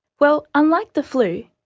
well, unlike the flu,